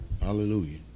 hallelujah